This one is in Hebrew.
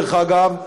דרך אגב,